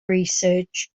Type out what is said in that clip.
research